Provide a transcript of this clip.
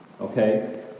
Okay